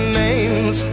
names